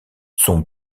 son